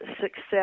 success